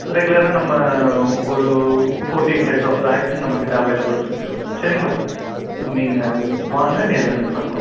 so ரெகுலராக நம்ம ஒரு ஃபோட்டின் டைப்ஸ் ஆஃப் வேக்சின் நம்மக்கிட்ட அவைலபில் இருக்கு சரிங்களா நீங்கள் வாங்க நேரில் மீட் பண்ணலாம்